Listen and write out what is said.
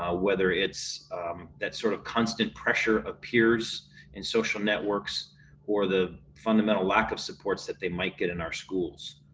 ah whether it's that sort of constant pressure of peers in social networks or the fundamental lack of supports that they might get in our schools.